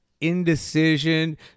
indecision